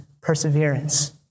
perseverance